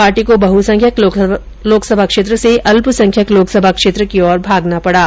party को बहुसंख्यक लोकसभा क्षेत्र से अल्पसंख्यक लोकसभा क्षेत्र की ओर भागना पड़ा